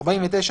התשי"ד 1954,